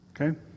Okay